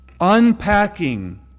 unpacking